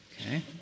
okay